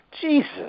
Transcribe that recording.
jesus